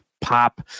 pop